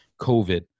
COVID